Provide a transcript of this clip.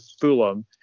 Fulham